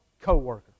co-worker